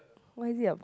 why is it a